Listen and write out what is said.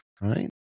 right